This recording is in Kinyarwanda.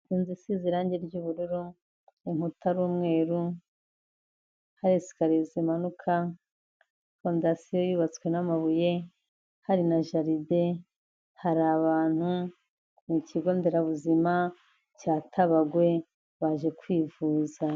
Inzu isize irangi ry'ubururu, inkuta ari umweru, hari esikariye zimanuka, fondasiyo yubatswe n'amabuye, hari na jaride, hari abantu, ni ikigo nderabuzima cya Tabagwe, baje kwivuza.